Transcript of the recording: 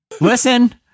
Listen